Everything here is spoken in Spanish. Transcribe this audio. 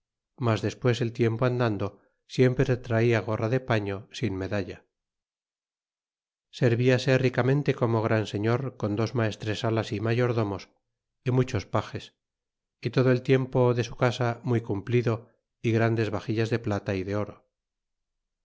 mas despues el tiempo andando siempre traia gorra de paño sin medalla serviase ricamente como gran señor con dos maestresalas y mayordomos y muchos pages y todo el servicio de su casa muy cumplido é grandes baxillas de plata y de oro